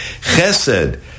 Chesed